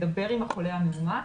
מדבר עם החולה המאומת